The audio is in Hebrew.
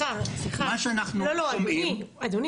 סליחה, אדוני.